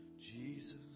Jesus